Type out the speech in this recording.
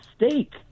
mistake